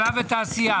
ותעשייה.